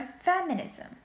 feminism